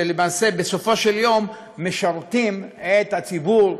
שלמעשה בסופו של יום משרתים את הציבור,